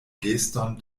geston